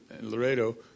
Laredo